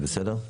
זה בסדר?